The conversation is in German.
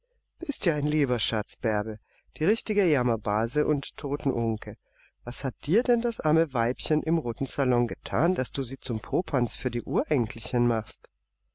bist ja ein lieber schatz bärbe die richtige jammerbase und todtenunke was hat dir denn das arme weibchen im roten salon gethan daß du sie zum popanz für die urenkelchen machst